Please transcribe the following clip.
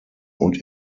und